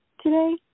today